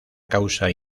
causa